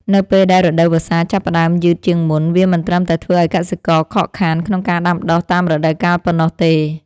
នៅពេលដែលរដូវវស្សាចាប់ផ្ដើមយឺតជាងមុន វាមិនត្រឹមតែធ្វើឱ្យកសិករខកខានក្នុងការដាំដុះតាមរដូវកាលប៉ុណ្ណោះទេ។